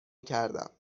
کردم